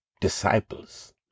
disciples